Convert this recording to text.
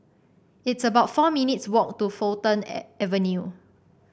it's about four minutes' walk to Fulton A Avenue